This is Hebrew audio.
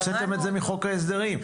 הוצאתם את זה מחוק ההסדרים.